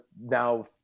now